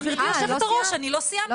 גברתי יושבת הראש אני לא סיימתי,